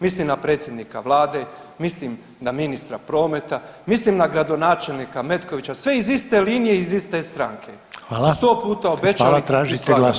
Mislim na predsjednika vlade, mislim na ministra prometa, mislim na gradonačelnika Metkovića, sve iz iste linije, iz iste stranke [[Upadica: Hvala.]] 100 puta obećali [[Upadica: Tražite glasovanje?]] i slagali.